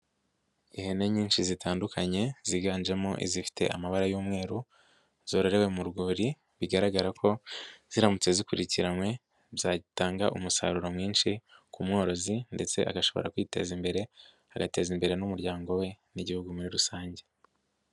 Ihene nyinshi zitandukanye ziganjemo izifite amabara y'umweru, zororewe mu rwuri bigaragara ko ziramutse zikurikiranywe byatanga umusaruro mwinshi ku mworozi ndetse agashobora kwiteza imbere, agateza imbere n'umuryango we n'igihugu muri rusange.